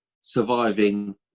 surviving